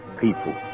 people